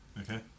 okay